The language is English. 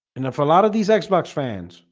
enough a lot of these xbox fans